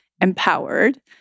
empowered